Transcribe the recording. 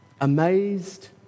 Amazed